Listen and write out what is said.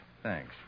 Thanks